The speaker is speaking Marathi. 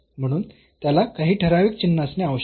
म्हणून त्याला काही ठराविक चिन्ह असणे आवश्यक आहे